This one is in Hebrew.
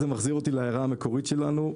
זה מחזיר אותי להערה המקורית שלנו.